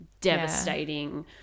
devastating